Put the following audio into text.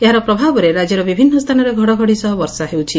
ଏହାର ପ୍ରଭାବରେ ରାକ୍ୟର ବିଭିନୁ ସ୍ଥାନରେ ଘଡ଼ଘଡ଼ି ସହ ବର୍ଷା ହେଉଛି